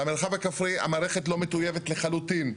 במרחב הכפרי המערכת לא מטויבת לחלוטין,